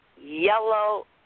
yellow